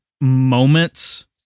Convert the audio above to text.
moments